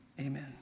amen